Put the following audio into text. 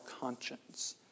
conscience